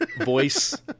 voice